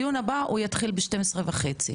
הדיון הבא יתחיל ב-12:30.